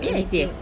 yes yes